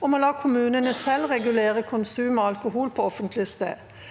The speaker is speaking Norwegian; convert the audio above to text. om å la kommunene selv regu- lere konsum av alkohol på offentlig sted